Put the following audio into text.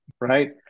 right